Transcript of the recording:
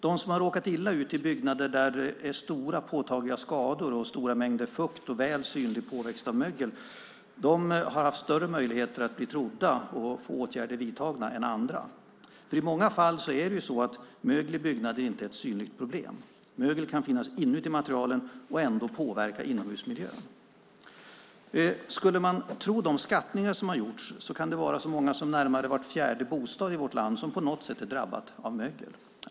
De som har råkat illa ut i byggnader där det är stora påtagliga skador och stora mängder fukt och väl synlig påväxt av mögel har haft större möjligheter att bli trodda och få åtgärder vidtagna än andra. I många fall är nämligen mögel i byggnader inte ett synligt problem. Mögel kan finnas inuti materialen och ändå påverka inomhusmiljön. Om man tror på de skattningar som har gjorts kan det vara så många som närmare var fjärde bostad i vårt land som på något sätt är drabbad av mögel.